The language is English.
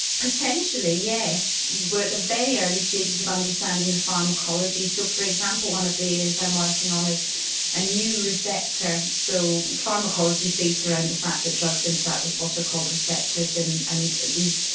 potentially, yes. we're at the very early stages of understanding the pharmacology. so, for example, one of the areas i'm working on is a new receptor. so pharmacology is based around the fact that drugs interact with what are called receptors and and these,